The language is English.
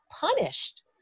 punished